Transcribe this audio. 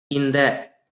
இந்த